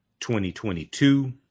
2022